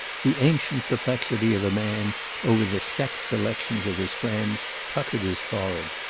the ancient perplexity of a man over the sex selections of his friends puckered his forehead.